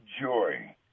joy